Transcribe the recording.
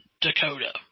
Dakota